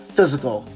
Physical